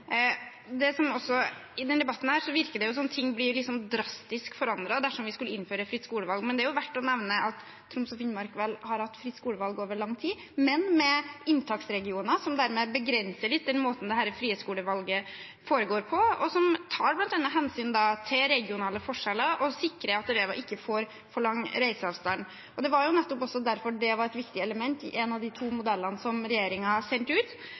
I denne debatten virker det som om noe blir drastisk forandret om vi skulle innføre fritt skolevalg. Det er verdt å nevne at Troms og Finnmark har hatt fritt skolevalg over lang tid, men med inntaksregioner, som dermed begrenser litt den måten dette frie skolevalget foregår på, og som tar hensyn til bl.a. regionale forskjeller og sikrer at elever ikke får for lang reiseavstand. Det var nettopp derfor det var et viktig element i en av de to modellene som regjeringen sendte ut.